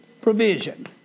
Provision